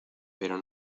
pero